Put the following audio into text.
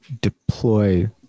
deploy